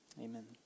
amen